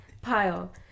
pile